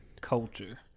culture